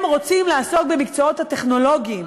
הם רוצים לעסוק במקצועות הטכנולוגיים,